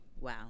wow